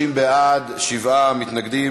30 בעד, שבעה מתנגדים.